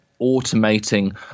automating